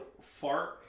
Fart